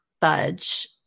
budge